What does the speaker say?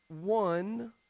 One